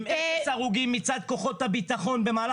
עם אפס הרוגים מצד כוחות הביטחון.